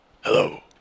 Hello